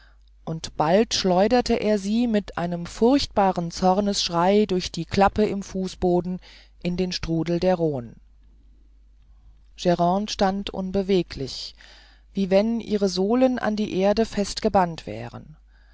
und bald schleuderte er sie mit einem furchtbaren zornesschrei durch die klappe im fußboden in den strudel der rhone grande stand unbeweglich wie wenn ihre sohlen an die erde festgebannt wären